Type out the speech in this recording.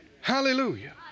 Hallelujah